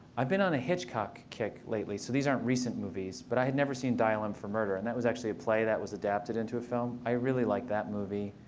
i've been on a hitchcock kick lately. so these aren't recent movies. but i had never seen dial m for murder. and that was actually a play that was adapted into a film. i really liked like that movie.